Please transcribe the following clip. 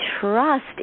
trust